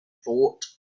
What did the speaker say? thought